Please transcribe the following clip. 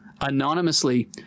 anonymously